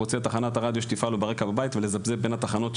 רוצה את תחנת הרדיו שתפעל לו ברקע בבית ולזפזפ בין התחנות,